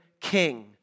king